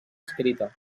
escrita